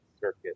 circuit